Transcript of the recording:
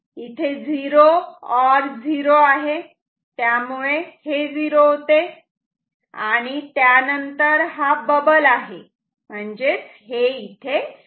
इथे 0 ऑर 0 आहे त्यामुळे हे 0 होते आणि त्यानंतर हा बबल आहे म्हणजेच हे इथे 1 येईल